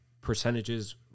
percentages